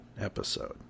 episode